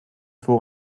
voor